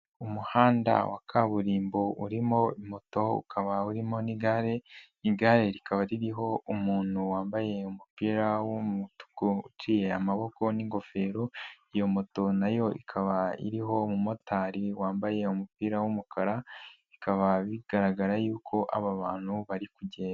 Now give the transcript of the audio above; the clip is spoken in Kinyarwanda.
Umuhanda wa kaburimbo urimo moto ukaba urimo n'igare, igare rikaba ririho umuntu wambaye umupira w'umutuku uciye amaboko n'ingofero, iyo moto na yo ikaba iriho umumotari wambaye umupira w'umukara, bikaba bigaragara yuko aba bantu bari kugenda.